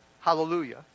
Hallelujah